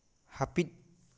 ᱦᱟᱹᱯᱤᱫ